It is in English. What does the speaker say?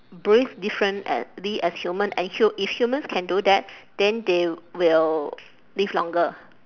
breathe different a~ ~ly as human and hu~ if humans can do that then they will live longer